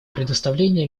предоставление